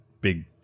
big